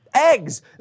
Eggs